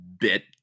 bit